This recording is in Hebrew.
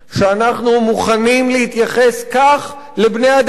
שאנחנו מוכנים להתייחס כך לבני-אדם